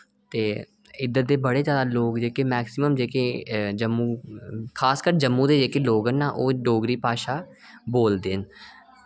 ते इद्दर दे बड़े ज्यादा लोक जेह्के मैक्सिमम जेह्के जम्मू खास कर जम्मू दे जेह्के लोक न ओ डोगरी भाशा बोलदे न